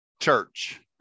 church